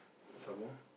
some more